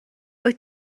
wyt